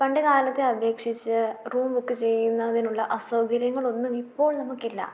പണ്ട് കാലത്തെ അപേക്ഷിച്ച് റൂം ബുക്ക് ചെയ്യുന്നതിനുള്ള അസൗകര്യങ്ങളൊന്നും ഇപ്പോൾ നമുക്കില്ല